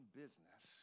business